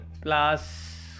plus